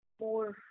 more